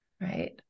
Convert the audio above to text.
right